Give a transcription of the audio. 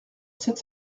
sept